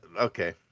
okay